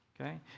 okay